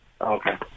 Okay